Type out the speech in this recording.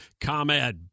ComEd